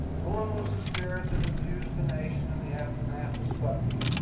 gone was the spirit that infused the nation in the aftermath of sputnik,